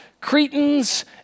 Cretans